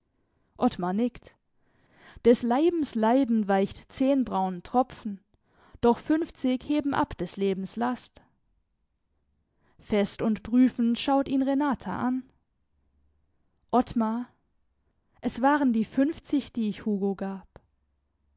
ottmar nickt des leibes leiden weicht zehn braunen tropfen doch fünfzig heben ab des lebens last fest und prüfend schaut ihn renata an ottmar es waren die fünfzig die ich hugo gab